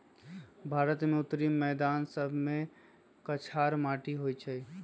भारत के उत्तरी मैदान सभमें कछार माटि होइ छइ